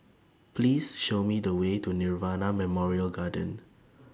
Please Show Me The Way to Nirvana Memorial Garden